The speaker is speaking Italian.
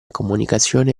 comunicazione